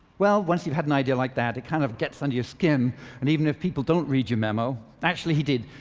well, once you've had an idea like that it kind of gets under your skin and even if people don't read your memo actually he did,